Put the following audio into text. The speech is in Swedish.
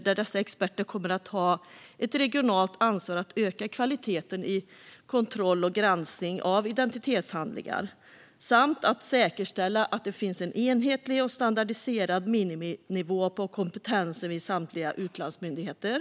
Dessa experter kommer att ha ett regionalt ansvar för att öka kvaliteten i kontroll och granskning av identitetshandlingar och säkerställa att det finns en enhetlig och standardiserad miniminivå på kompetensen vid samtliga utlandsmyndigheter.